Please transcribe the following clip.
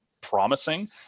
promising